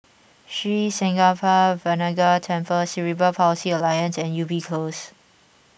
Sri Senpaga Vinayagar Temple Cerebral Palsy Alliance and Ubi Close